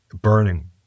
burning